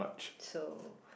so